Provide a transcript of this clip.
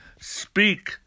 speak